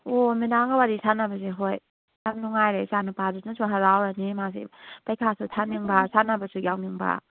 ꯑꯣ ꯃꯦꯗꯥꯝꯒ ꯋꯥꯔꯤ ꯁꯥꯟꯅꯕꯁꯦ ꯍꯣꯏ ꯌꯥꯝꯅ ꯅꯨꯡꯉꯥꯏꯔꯦ ꯏꯆꯥ ꯅꯨꯄꯥꯗꯨꯅꯁꯨ ꯍꯔꯥꯎꯔꯅꯤ ꯃꯥꯁꯤ ꯄꯔꯤꯈꯥꯁꯨ ꯊꯥꯅꯤꯡꯕ ꯁꯥꯟꯅꯕꯁꯨ ꯌꯥꯎꯅꯤꯡꯕ